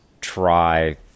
try